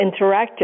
interactive